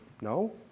No